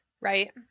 right